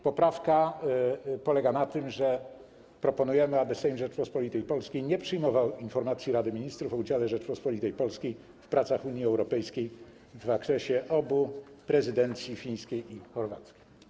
Poprawki polegają na tym, że proponujemy, aby Sejm Rzeczypospolitej Polskiej nie przyjmował informacji Rady Ministrów o udziale Rzeczypospolitej Polskiej w pracach Unii Europejskiej w zakresie obu prezydencji: fińskiej i chorwackiej.